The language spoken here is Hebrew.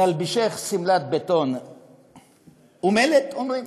"נלבישך שלמת בטון ומלט", אומרים?